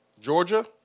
Georgia